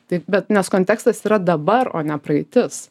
taip bet nes kontekstas yra dabar o ne praeitis